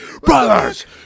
brothers